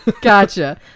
gotcha